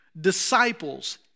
Disciples